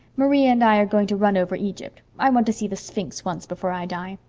maria and i are going to run over egypt. i want to see the sphinx once before i die.